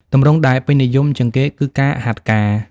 ទម្រង់ដែលពេញនិយមជាងគេគឺ ការហាត់ការ។